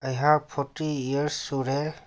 ꯑꯩꯍꯥꯛ forty year ꯁꯨꯔꯦ